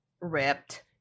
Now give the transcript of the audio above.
ripped